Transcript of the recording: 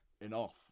enough